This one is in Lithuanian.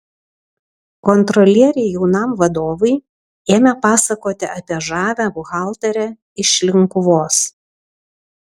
kontrolieriai jaunam vadovui ėmė pasakoti apie žavią buhalterę iš linkuvos